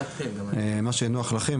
מה שנוח לכם,